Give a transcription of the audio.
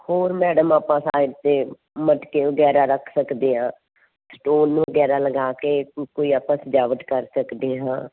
ਹੋਰ ਮੈਡਮ ਆਪਾਂ ਸਾਈਡ 'ਤੇ ਮਟਕੇ ਵਗੈਰਾ ਰੱਖ ਸਕਦੇ ਹਾਂ ਸਟੋਨ ਨੂੰ ਵਗੈਰਾ ਲਗਾ ਕੇ ਕੋਈ ਕੋਈ ਆਪਾਂ ਸਜਾਵਟ ਕਰ ਸਕਦੇ ਹਾਂ